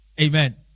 Amen